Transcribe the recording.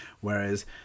Whereas